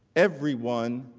everyone